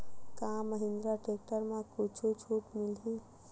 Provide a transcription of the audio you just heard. का महिंद्रा टेक्टर म कुछु छुट मिलही?